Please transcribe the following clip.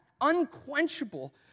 unquenchable